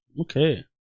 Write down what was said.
Okay